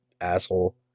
asshole